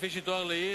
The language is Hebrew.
כפי שתואר לעיל,